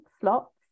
slots